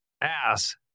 ass